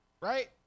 Right